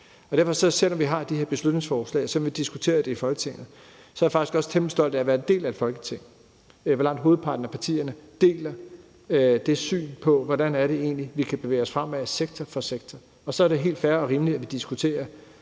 fællesskab. Selv om vi har de her beslutningsforslag, selv om vi diskuterer det i Folketinget, er jeg faktisk også temmelig stolt af at være en del af et Folketing, hvor langt hovedparten af partierne deler det syn på, hvordan det egentlig er, vi kan bevæge os fremad sektor for sektor, og så er det helt fair og rimeligt at diskutere,